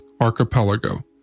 archipelago